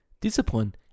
discipline